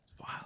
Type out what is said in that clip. Wow